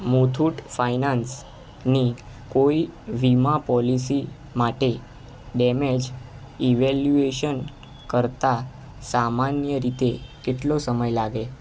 મુથુટ ફાયનાન્સની કોઈ વીમા પોલીસી માટે ડેમેજ ઈવેલ્યુએશન કરતા સામાન્ય રીતે કેટલો સમય લાગે